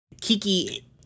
Kiki